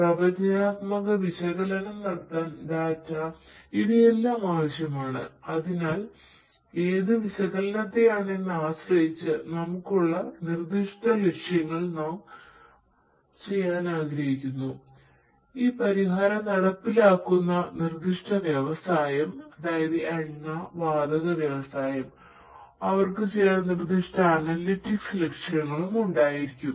പ്രവചനാത്മക വിശകലനം ലക്ഷ്യങ്ങളും ഉണ്ടായിരിക്കും